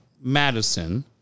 Madison